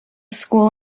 school